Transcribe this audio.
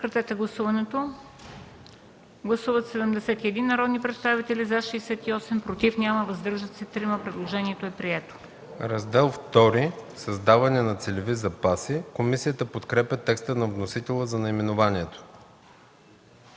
„Раздел ІІ – Създаване на целеви запаси”. Комисията подкрепя текста на вносителя за наименованието.